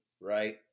right